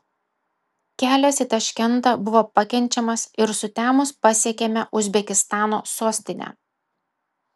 kelias į taškentą buvo pakenčiamas ir sutemus pasiekėme uzbekistano sostinę